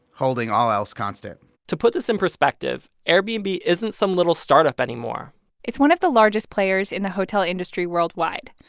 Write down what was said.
holding all else constant to put this in perspective, airbnb isn't some little startup anymore it's one of the largest players in the hotel industry worldwide.